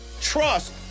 trust